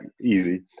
easy